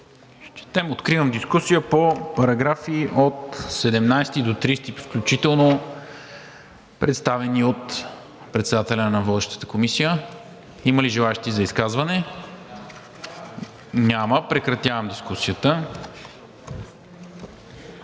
Откривам дискусия по параграфи от 17 до 30 включително, представени от председателя на Водещата комисия. Има ли желаещи за изказване? Няма. Прекратявам дискусията.